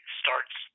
starts